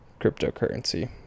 cryptocurrency